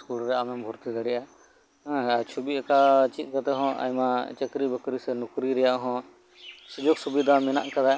school ᱨᱮ ᱟᱢᱮᱢ ᱵᱷᱚᱨᱛᱤ ᱫᱟᱲᱮᱭᱟᱜᱼᱟ ᱪᱷᱚᱵᱤ ᱟᱸᱠᱟᱣ ᱪᱮᱫ ᱠᱟᱛᱮᱫ ᱦᱚᱸ ᱟᱭᱢᱟ ᱪᱟᱠᱨᱤ ᱵᱟᱠᱨᱤ ᱥᱮ ᱱᱳᱠᱨᱤ ᱨᱮᱭᱟᱜ ᱦᱚᱸ ᱥᱩᱡᱳᱜᱽ ᱥᱩᱵᱤᱫᱷᱟ ᱢᱮᱱᱟᱜ ᱟᱠᱟᱫᱟ